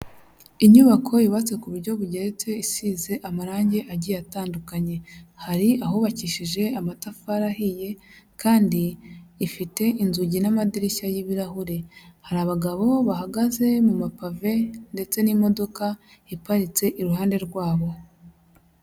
Inyubako yubatse ku buryo bugeretse isize amarangi agiye atandukanye; hari ahubakishije amatafari ahiye kandi ifite inzugi n'amadirishya y'ibirahure, hari abagabo bahagaze mu mapave ndetse n'imodoka iparitse iruhande rwabo.